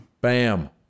Bam